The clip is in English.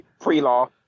pre-law